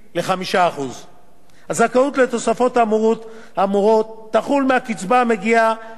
הזכאות לתוספות האמורות תחול מהקצבה המגיעה מינואר 2012,